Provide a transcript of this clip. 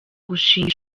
gushinga